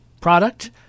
product